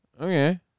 Okay